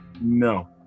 No